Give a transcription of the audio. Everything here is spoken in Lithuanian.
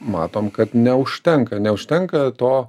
matom kad neužtenka neužtenka to